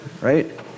right